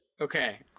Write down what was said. okay